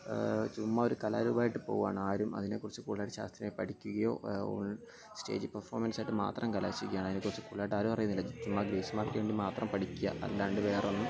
ചുമ്മാ ഒര് കലാരൂപമായിട്ട് പോകുവാണ് ആരും അതിനേക്കുറിച്ച് കൂടുതലായിട്ട് ശാസ്ത്രീയമായി പഠിക്കുകയോ സ്റ്റേജ് പെർഫോർമൻസായിട്ട് മാത്രം കലാശിക്കുകയാണ് അതിനെക്കുറിച്ച് കൂടുതലായിട്ടാരും അറിയുന്നില്ല ചുമ്മാ ഗ്രേസ് മാർക്കിന് വേണ്ടി മാത്രം പഠിക്കുക അല്ലാണ്ട് വേറൊന്നും